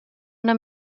una